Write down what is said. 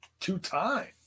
Two-time